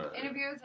Interviews